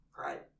Right